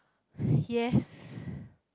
yes